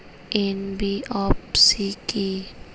NBFC কী?